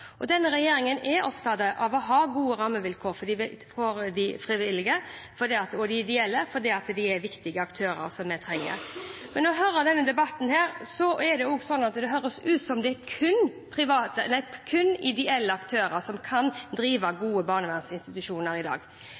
Denne regjeringen er opptatt av å ha gode rammevilkår for de frivillige og de ideelle fordi de er viktige aktører som vi trenger. Når jeg hører denne debatten, høres det ut som det kun er ideelle aktører som kan drive gode barnevernsinstitusjoner i dag.